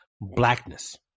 blackness